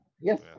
Yes